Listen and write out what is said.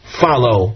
follow